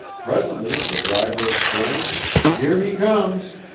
presently the driver exclaims here he comes!